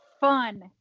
fun